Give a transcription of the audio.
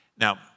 Now